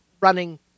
running